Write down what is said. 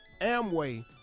Amway